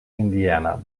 indiana